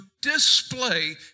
display